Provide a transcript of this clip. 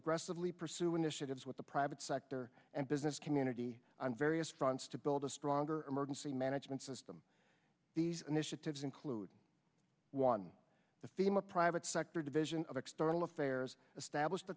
aggressively pursue initiatives with the private sector and business community on various fronts to build a stronger emergency management system these initiatives include one the fema private sector division of external affairs established